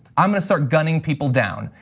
i'm gonna start gunning people down.